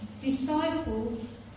Disciples